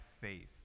faith